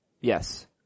Yes